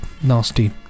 nasty